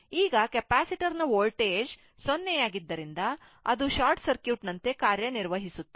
ಈಗ ಕೆಪಾಸಿಟರ್ ನ ವೋಲ್ಟೇಜ್ 0 ಆಗಿದ್ದರಿಂದ ಅದು ಶಾರ್ಟ್ ಸರ್ಕ್ಯೂಟ್ ನಂತೆ ಕಾರ್ಯನಿರ್ವಹಿಸುತ್ತದೆ